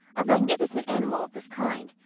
a magnificent animal of this kind,